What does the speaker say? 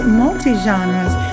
multi-genres